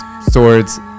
swords